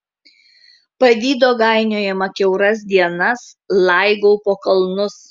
pavydo gainiojama kiauras dienas laigau po kalnus